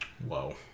whoa